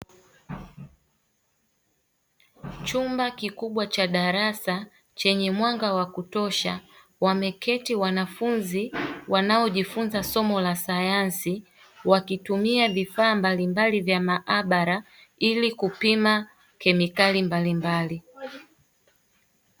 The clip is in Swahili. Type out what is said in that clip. Chumba kikubwa cha darasa chenye mwanga wa kutosha wameketi wanafunzi wanaojifunza somo la sayansi wakitumia vifaa mbalimbali vya maabara ili kupima kemikali mbalimbali.